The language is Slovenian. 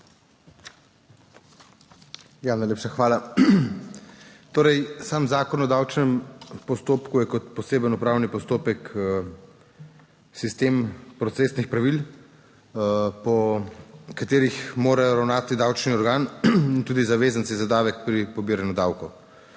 Torej, sam Zakon o davčnem postopku je kot poseben upravni postopek sistem procesnih pravil, po katerih mora ravnati davčni organ in tudi zavezanci za davek pri pobiranju davkov,